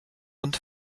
und